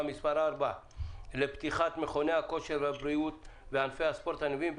מס' 4 לפתיחת מכוני הכושר והבריאות וענפי הספורט הנלווים,